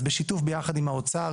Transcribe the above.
אז בשיתוף יחד עם האוצר,